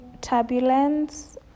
turbulence